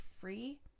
free